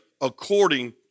according